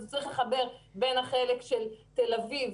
אז הוא צריך לחבר בין החלק של תל אביב